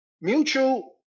mutual